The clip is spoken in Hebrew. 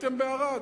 הייתם בערד?